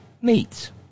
meets